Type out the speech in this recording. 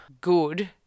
good